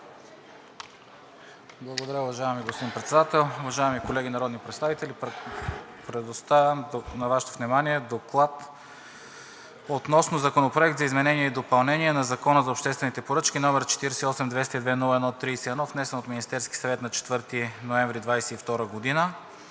Благодаря, уважаеми господин Председател. Уважаеми колеги народни представители, предоставям на Вашето внимание „ДОКЛАД относно Законопроект за изменение и допълнение на Закона за обществените поръчки, № 48-202-01-31, внесен от Министерския съвет на 4 ноември 2022 г.